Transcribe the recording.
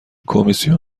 کمیسیون